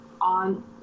on